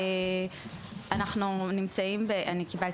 אני קיבלתי